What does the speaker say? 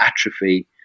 atrophy